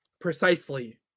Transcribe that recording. Precisely